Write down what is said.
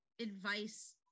advice